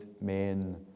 men